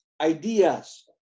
ideas